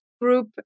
group